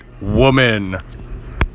woman